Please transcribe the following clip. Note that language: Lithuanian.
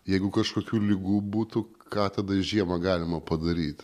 jeigu kažkokių ligų būtų ką tada žiemą galima padaryt